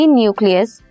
nucleus